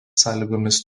sąlygomis